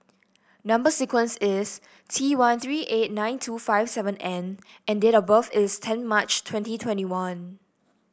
number sequence is T one three eight nine two five seven N and date of birth is ten March twenty twenty one